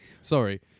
sorry